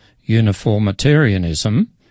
uniformitarianism